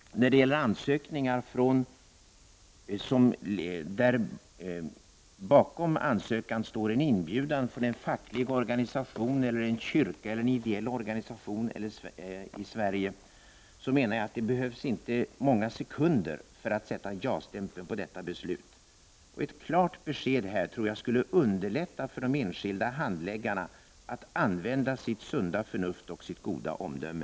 När det bakom ansökan finns en inbjudan från en facklig organisation, en kyrka eller en ideell organisation i Sverige menar jag att det inte behövs många sekunder innan man sätter en ja-stämpel på detta beslut. Ett klart besked skulle underlätta för de enskilda handläggarna att använda sitt sunda förnuft och sitt goda omdöme.